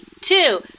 two